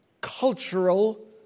cultural